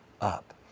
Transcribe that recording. up